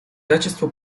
качество